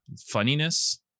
funniness